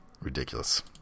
ridiculous